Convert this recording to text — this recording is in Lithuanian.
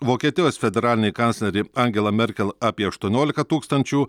vokietijos federalinė kanclerė angela merkel apie aštuoniolika tūkstančių